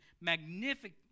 magnificent